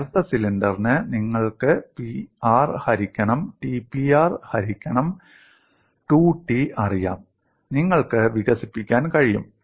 നേർത്ത സിലിണ്ടറിന് നിങ്ങൾക്ക് p r ഹരിക്കണം t p r ഹരിക്കണം 2 t അറിയാം നിങ്ങൾക്ക് വികസിപ്പിക്കാൻ കഴിയും